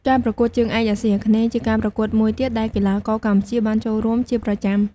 ការប្រកួតជើងឯកអាស៊ីអាគ្នេយ៍ ជាការប្រកួតមួយទៀតដែលកីឡាករកម្ពុជាបានចូលរួមជាប្រចាំ។